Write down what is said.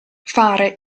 fare